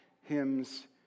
hymns